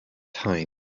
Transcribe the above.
time